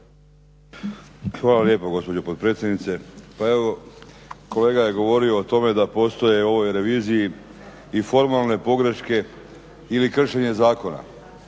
Hvala lijepa gospođo potpredsjednice. Pa evo kolega je govorio o tome da postoje u ovoj reviziji i formalne pogreške ili kršenje zakona.